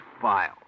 file